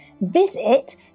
visit